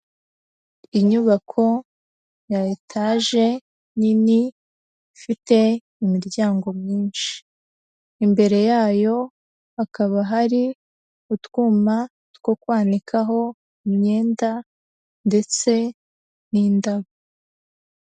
Inyubako ya etage nini, ifite imiryango myinshi, imbere yayo hakaba hari utwuma two kwanikaho imyenda ndetse n'indabo.